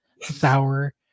sour